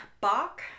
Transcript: Bach